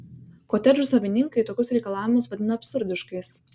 kotedžų savininkai tokius reikalavimus vadina absurdiškais